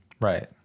Right